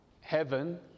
heaven